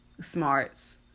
smarts